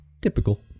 Typical